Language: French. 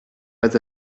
pas